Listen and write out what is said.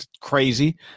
crazy